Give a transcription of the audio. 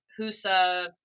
HUSA